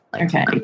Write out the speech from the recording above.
okay